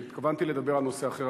התכוונתי לדבר על נושא אחר,